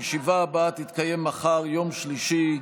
הישיבה הבאה תתקיים מחר, יום שלישי,